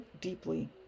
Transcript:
deeply